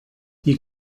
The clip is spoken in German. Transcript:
wie